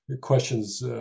questions